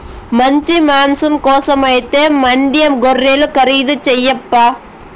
మంచి మాంసం కోసమైతే మాండ్యా గొర్రెలు ఖరీదు చేయప్పా